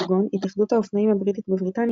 כגון התאחדות האופנועים הבריטית בבריטניה,